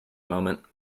moment